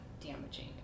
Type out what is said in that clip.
damaging